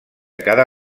cada